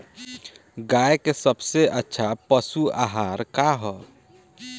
गाय के सबसे अच्छा पशु आहार का ह?